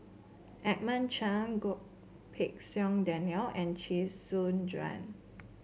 Edmund Cheng Goh Pei Siong Daniel and Chee Soon Juan